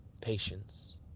patience